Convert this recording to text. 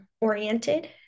oriented